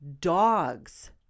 dogs